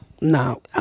No